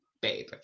babe